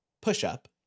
Push-Up